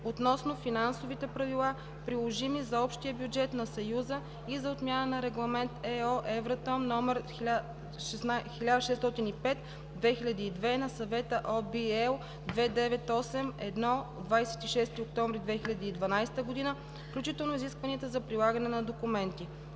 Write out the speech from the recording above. относно финансовите правила, приложими за общия бюджет на Съюза и за отмяна на Регламент (ЕО, Евратом) № 1605/2002 на Съвета (OB, L 298/1, 26 октомври 2012 г.), включително изискванията за прилагане на документи.